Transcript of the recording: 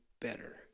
better